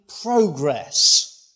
progress